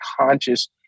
conscious